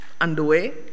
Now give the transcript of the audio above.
underway